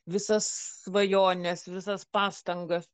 visas svajones visas pastangas